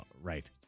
right